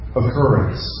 occurrence